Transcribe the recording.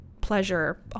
pleasure